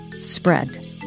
spread